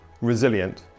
resilient